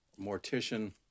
mortician